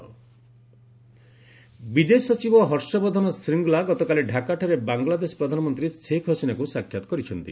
ଶେଖ୍ ହସିନା ବିଦେଶ ସଚିବ ହର୍ଷବର୍ଦ୍ଧନ ଶ୍ରୀଙ୍ଗଲା ଗତକାଲି ଡାକାଠାରେ ବାଙ୍ଗଲାଦେଶ ପ୍ରଧାନମନ୍ତ୍ରୀ ଶେଖ୍ ହସିନାଙ୍କୁ ସାକ୍ଷାତ କରିଛନ୍ତି